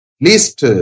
least